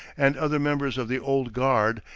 and other members of the old guard,